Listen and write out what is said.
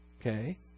Okay